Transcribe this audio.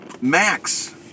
Max